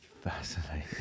fascinating